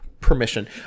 Permission